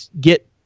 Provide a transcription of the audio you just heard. get